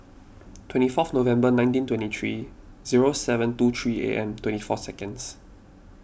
twenty fourth November nineteen twenty three zero seven two three A M twenty four seconds